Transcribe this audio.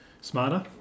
smarter